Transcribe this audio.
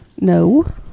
No